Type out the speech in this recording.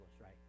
right